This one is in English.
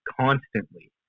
constantly